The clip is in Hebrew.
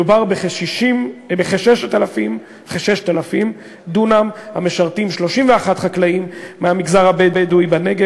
מדובר בכ-6,000 דונם המשרתים 31 חקלאים מהמגזר הבדואי בנגב,